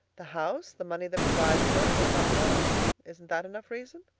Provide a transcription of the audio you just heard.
the house, the money that provides for it, are not mine. isn't that enough reason?